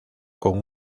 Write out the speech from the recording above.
con